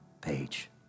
page